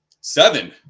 Seven